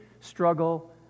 struggle